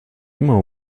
immer